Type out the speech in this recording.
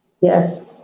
Yes